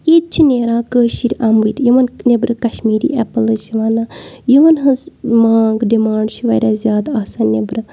ییٚتہِ چھِ نٮ۪ران کٲشِر اَمبٕرۍ یِمَن نیٚبرٕ کَشمیٖری ایٚپلٕز چھِ وَنان یِمَن ہٕنٛز مانٛگ ڈِمانٛڈ چھِ واریاہ زیادٕ آسان نیٚبرٕ